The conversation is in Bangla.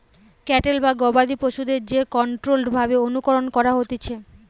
ক্যাটেল বা গবাদি পশুদের যে কন্ট্রোল্ড ভাবে অনুকরণ করা হতিছে